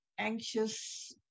Anxious